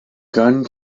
gunn